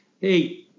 hey